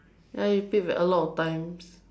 ya you repeat very a lot of times